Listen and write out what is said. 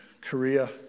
Korea